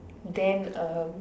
then uh